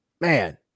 man